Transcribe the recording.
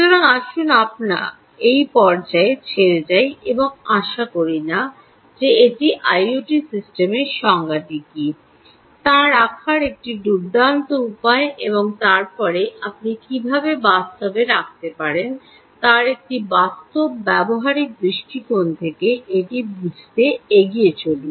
সুতরাং আসুন আমরা এই পর্যায়ে ছেড়ে যাই এবং আশা করি না যে এটি আইওটি সিস্টেমের সংজ্ঞাটি কী তা রাখার একটি দুর্দান্ত উপায় এবং তারপরে আপনি কীভাবে বাস্তবে রাখতে পারেন তার একটি বাস্তব ব্যবহারিক দৃষ্টিকোণ থেকে এটি বুঝতে এগিয়ে চলুন